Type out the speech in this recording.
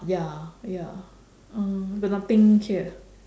ya ya uh but nothing here